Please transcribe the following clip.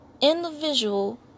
individual